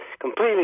completely